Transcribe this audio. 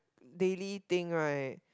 daily thing right